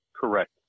Correct